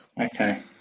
Okay